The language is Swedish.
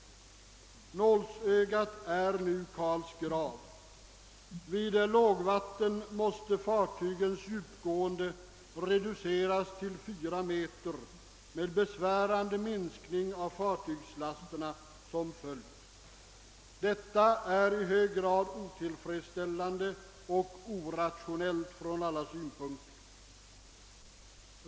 Nålsögat är nu Karls grav. Vid lågvatten måste fartygens djupgående reduceras till 4 meter med besvärande minskning av fartygslasterna som följd. Detta är i hög grad otillfredsställande och orationellt från alla synpunkter.